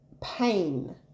pain